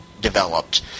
developed